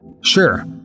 Sure